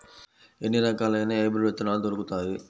ఎన్ని రకాలయిన హైబ్రిడ్ విత్తనాలు దొరుకుతాయి?